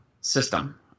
system